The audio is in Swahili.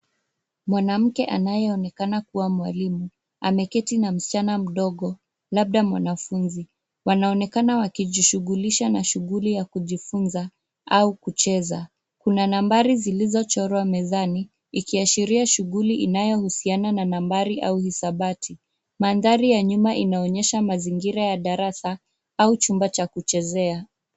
Mwanamke anayeonekana kuwa mwalimu, ameketi na msichana mdogo labda mwanafunzi. Wanaonekana wakijishughulisha na shughuli ya kujifunza au kucheza. Kuna nambari zilizochorwa mezani, ikiashiria shughuli inayohusiana na nambari au hisabati. Mandhari ya nyuma inaonyesha mazingira ya darasa, au chumba cha kuchezea.